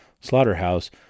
slaughterhouse